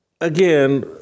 again